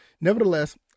nevertheless